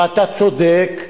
ואתה צודק,